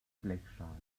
blechschaden